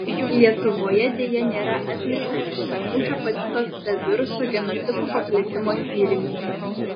lietuvoje deja nėra atlikta išsamių hepatito c viruso genotipų paplitimo tyrimų